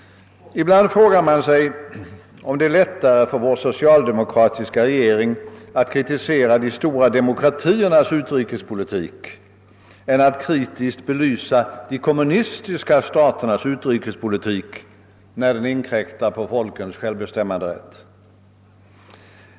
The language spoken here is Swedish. Ibland frågar man sig, om det är lättare för vår socialdemokratiska regering att kritisera de stora demokratiernas utrikespolitik än att kritiskt belysa de kommunistiska staternas utrikespolitik, när den inkräktar på folkens självbestämmanderätt.